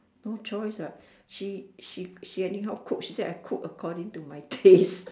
no choice what she she she anyhow cook she say I cook according to my taste